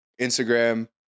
Instagram